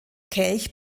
kelch